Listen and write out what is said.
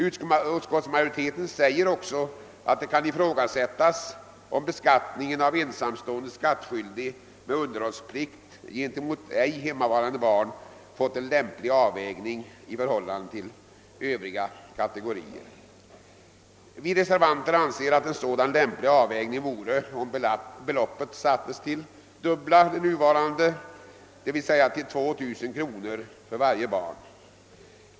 Utskottsmajoriteten uttalar också att det kan ifrågasättas, om beskattningen av ensamstående skattskyldig med underhållsplikt gentemot ej hemmavarande barn fått en lämplig avvägning i förhållande till övriga kategorier. Vi reservanter anser att en sådan lämplig avvägning vore att beloppet sattes till dubbla det nuvarande beloppet, alltså till 2000 kronor för varje barn.